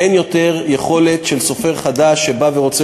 אין יותר יכולת של סופר חדש שרוצה